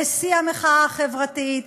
בשיא המחאה החברתית,